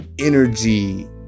energy